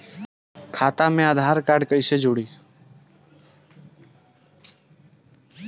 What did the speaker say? खाता मे आधार कार्ड कईसे जुड़ि?